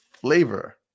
flavor